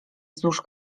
wzdłuż